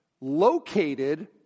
located